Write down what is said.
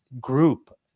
group